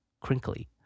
crinkly